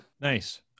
Nice